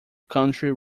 country